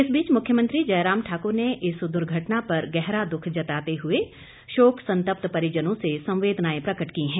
इस बीच मुख्यमंत्री जय राम ठाकुर ने इस दुर्घटना पर गहरा दुख जताते हुए शोक संतप्त परिजनों से संवेदनाएं प्रकट की हैं